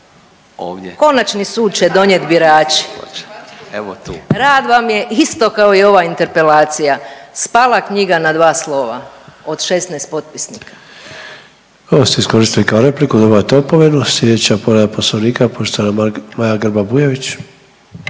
Pavliček: … evo tu./… Rad vam je isto kao i ova interpelacija, spala knjiga na dva slova od 16 potpisnika. **Sanader, Ante (HDZ)** Ovo ste iskoristili kao repliku dobivate opomenu. Sljedeća povreda poslovnika poštovana Maja Grba Bujević.